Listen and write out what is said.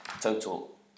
total